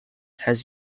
has